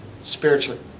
spiritually